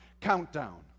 countdown